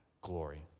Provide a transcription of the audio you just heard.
glory